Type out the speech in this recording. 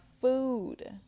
food